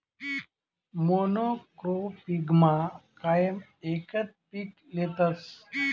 मोनॉक्रोपिगमा कायम एकच पीक लेतस